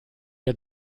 had